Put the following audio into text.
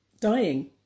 dying